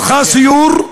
הלכה לסיור,